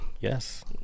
Yes